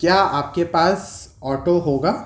کیا آپ کے پاس آٹو ہوگا